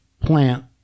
plant